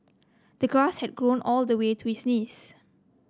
the grass had grown all the way to his knees